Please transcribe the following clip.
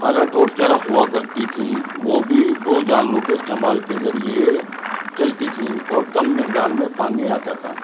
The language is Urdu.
ہرٹ اور چرخ ہوا کرتی تھیں وہ بھی دو جانوروں کے استعمال کے ذریعے چلتی تھیں اور کم مقدار میں پانی آتا تھا